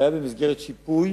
שהיה במסגרת שיפוי,